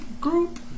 group